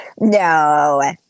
no